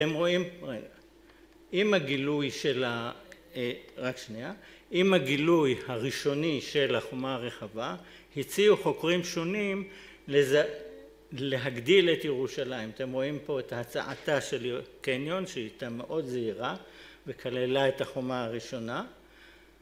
אתם רואים, רגע..., עם הגילוי של, רגע שנייה, עם הגילוי הראשוני של החומה הרחבה, הציעו חוקרים שונים להגדיל את ירושלים אתם רואים פה את הצעתה של קניון שהייתה מאוד זהירה וכללה את החומה הראשונה